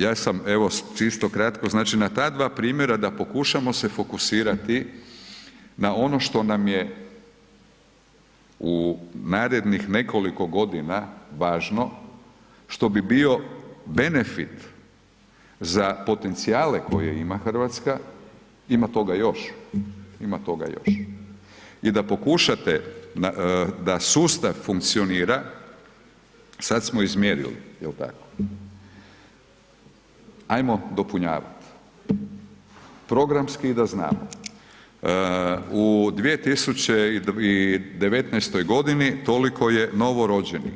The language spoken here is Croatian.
Ja sam, evo čisto kratko, znači na ta dva primjera da pokušamo se fokusirati na ono što nam je u narednih nekoliko godina važno, što bi bio benefit za potencijale koje ima RH, ima toga još, ima toga još i da pokušate da sustav funkcionira, sad smo izmjerili jel tako, ajmo dopunjavat, programski da znamo, u 2019.g. toliko je novorođenih,